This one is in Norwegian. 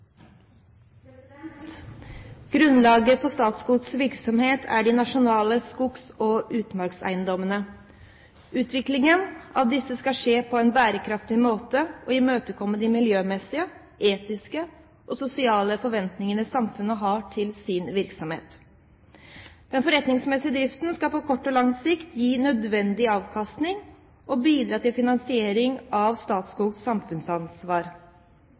Grunnlaget for Statskogs virksomhet er de nasjonale skogs- og utmarkseiendommene. Utviklingen av disse skal skje på en bærekraftig måte og imøtekomme de miljømessige, etiske og sosiale forventingene samfunnet har til virksomheten. Den forretningsmessige driften skal på kort og lang sikt gi nødvendig avkastning og bidra til finansiering av Statskogs samfunnsansvar.